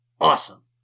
awesome